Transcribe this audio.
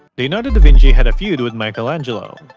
leonardo da vinci had a feud with michelangelo.